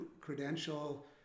credential